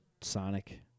Sonic